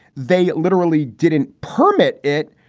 they literally didn't permit it.